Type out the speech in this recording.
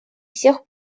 всех